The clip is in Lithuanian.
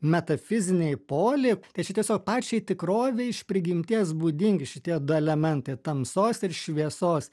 metafiziniai poliai tai čia tiesiog pačiai tikrovei iš prigimties būdingi šitie du elementai tamsos ir šviesos